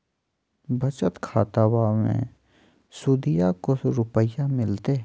बचत खाताबा मे सुदीया को रूपया मिलते?